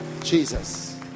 Jesus